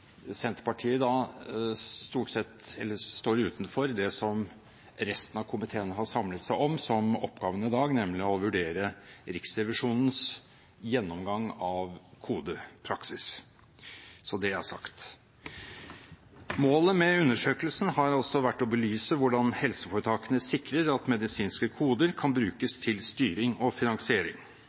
Senterpartiet stort sett står utenfor det som resten av komiteen har samlet seg om, og som er oppgaven i dag, nemlig å vurdere Riksrevisjonens gjennomgang av kodepraksis. Så er det sagt. Målet med undersøkelsen har altså vært å belyse hvordan helseforetakene sikrer at medisinske koder kan brukes til styring og finansiering.